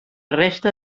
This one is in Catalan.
resta